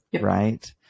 right